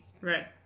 Right